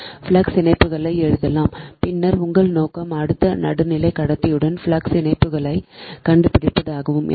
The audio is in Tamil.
4605 இன் ஃப்ளக்ஸ் இணைப்புகளை எழுதலாம் பின்னர் உங்கள் நோக்கம் அந்த நடுநிலை கடத்தியுடன் ஃப்ளக்ஸ் இணைப்புகளைக் கண்டுபிடிப்பதாகும்